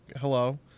Hello